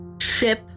ship